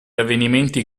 avvenimenti